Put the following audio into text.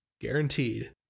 guaranteed